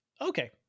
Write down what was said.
okay